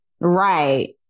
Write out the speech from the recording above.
Right